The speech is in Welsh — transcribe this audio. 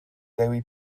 dewi